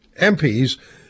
MPs